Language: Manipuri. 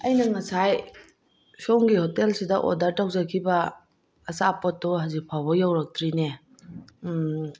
ꯑꯩꯅ ꯉꯁꯥꯏ ꯁꯣꯝꯒꯤ ꯍꯣꯇꯦꯜꯁꯤꯗ ꯑꯣꯔꯗꯔ ꯇꯧꯖꯈꯤꯕ ꯑꯆꯥꯄꯣꯠꯇꯣ ꯍꯧꯖꯤꯛꯐꯥꯎꯕ ꯇꯧꯔꯛꯇ꯭ꯔꯤꯅꯦ